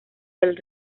del